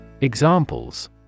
Examples